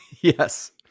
Yes